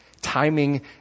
timing